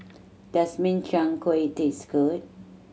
does Min Chiang Kueh taste good